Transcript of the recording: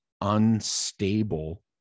unstable